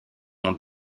ont